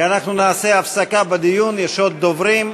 כי אנחנו נעשה הפסקה בדיון, יש עוד דוברים.